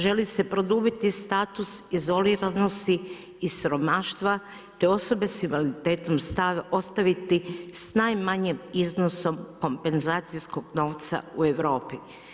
Želi se produbiti status izoliranosti i siromaštva te osobe sa invaliditetom ostaviti s najmanjim iznosom kompenzacijskog novca u Europi.